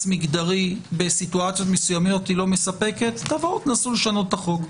מגדרי במצבים מסוימים אינה מספקת תנסו לשנות את החוק.